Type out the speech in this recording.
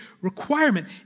requirement